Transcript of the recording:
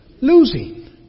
Losing